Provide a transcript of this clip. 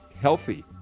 healthy